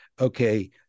Okay